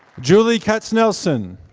julie katsnelson.